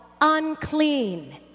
unclean